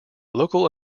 local